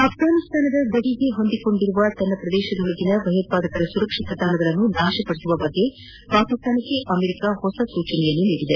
ಆಫ್ರಾನಿಸ್ತಾನ ಗಡಿಗೆ ಹೊಂದಿಕೊಂಡಿರುವ ತನ್ನ ಪ್ರದೇಶದೊಳಗಿನ ಭಯೋತ್ವಾದಕರ ಸುರಕ್ಷಿತ ತಾಣಗಳನ್ನು ನಾಶಪಡಿಸುವ ಕುರಿತಂತೆ ಪಾಕಿಸ್ತಾನಕ್ಕೆ ಅಮೆರಿಕ ಹೊಸ ಸೂಚನೆ ನೀಡಿದೆ